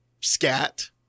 scat